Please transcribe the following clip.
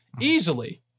Easily